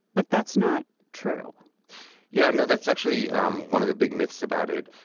but that's not true yeah no, that's actually um one of the big myths about it.